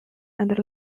and